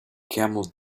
camel